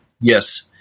yes